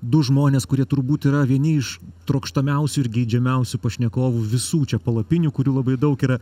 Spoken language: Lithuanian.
du žmones kurie turbūt yra vieni iš trokštamiausių ir geidžiamiausių pašnekovų visų čia palapinių kurių labai daug yra